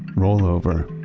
roll over,